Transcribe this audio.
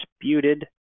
disputed